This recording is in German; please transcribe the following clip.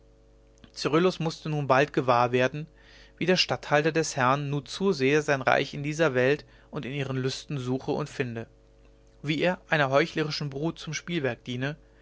cyrillus mußte nun bald gewahr werden wie der statthalter des herrn nur zu sehr sein reich in dieser welt und ihren lüsten suche und finde wie er einer heuchlerischen brut zum spielwerk diene